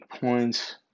points